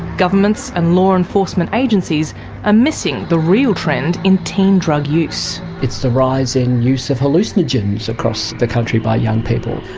governments and law enforcement agencies are ah missing the real trend in teen drug use. it's the rise in use of hallucinogens across the country by young people.